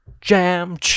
Jam